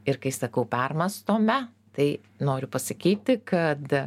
ir kai sakau permąstome tai noriu pasakyti kad